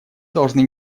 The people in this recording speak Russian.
должны